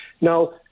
Now